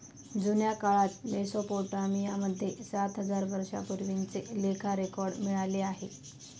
जुन्या काळात मेसोपोटामिया मध्ये सात हजार वर्षांपूर्वीचे लेखा रेकॉर्ड मिळाले आहे